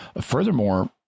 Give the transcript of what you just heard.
Furthermore